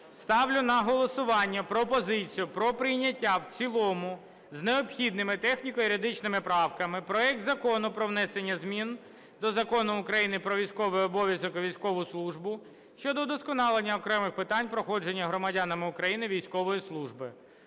Ставлю на голосування пропозицію про прийняття в цілому з необхідними техніко-юридичними правками проект Закону про внесення змін до Закону України "Про військовий обов'язок і військову службу" щодо удосконалення окремих питань проходження громадянами України військової служби.